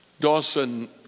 Dawson